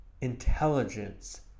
intelligence